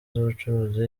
z’ubucuruzi